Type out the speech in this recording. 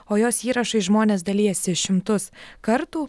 o jos įrašais žmonės dalijasi šimtus kartų